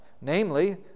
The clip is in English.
Namely